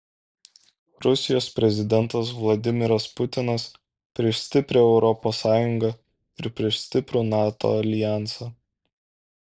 rusijos prezidentas vladimiras putinas prieš stiprią europos sąjungą ir prieš stiprų nato aljansą